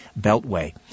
Beltway